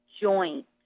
joint